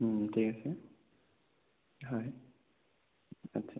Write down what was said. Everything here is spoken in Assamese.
ঠিক আছে হয় আচ্ছা